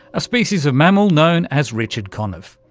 a species of mammal known as richard conniff,